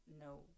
no